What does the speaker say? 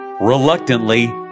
Reluctantly